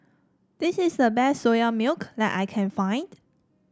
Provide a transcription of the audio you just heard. this is the best Soya Milk that I can find